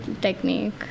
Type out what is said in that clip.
technique